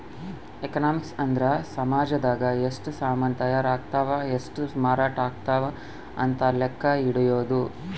economics ಅಂದ್ರ ಸಾಮಜದಾಗ ಎಷ್ಟ ಸಾಮನ್ ತಾಯರ್ ಅಗ್ತವ್ ಎಷ್ಟ ಮಾರಾಟ ಅಗ್ತವ್ ಅಂತ ಲೆಕ್ಕ ಇಡೊದು